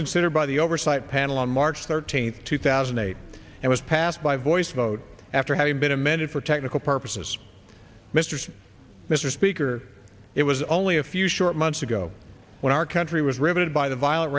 considered by the oversight panel on march thirteenth two thousand and eight and was passed by voice vote after having been amended for technical purposes misters mr speaker it was only a few short months ago when our country was riveted by the violent